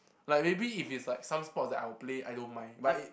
like maybe if it's like some sports that I'll play I don't mind but if